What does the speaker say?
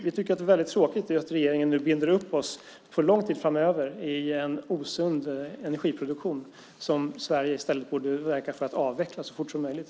Vi tycker att det är väldigt tråkigt att regeringen nu binder upp oss för lång tid framöver i en osund energiproduktion som Sverige i stället borde verka för att avveckla så fort som möjligt.